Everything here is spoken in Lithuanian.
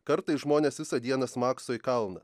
kartais žmonės visą dieną smakso į kalną